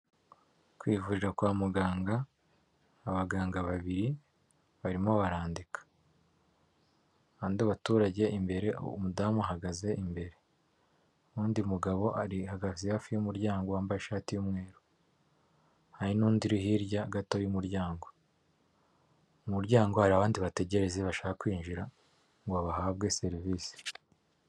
Ku ivuriro kwa muganga abaganga babiri barimo barandika baturage imbere umudamu ahahagaze imbere y'undi mugabo arahagaze hafi y'umuryango wambaye ishati y'umweru, hari n'undi hirya gato y'umuryango, ku muryango hari abandi bategere bashaka kwinjira ngo bahabwe serivisi.